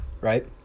right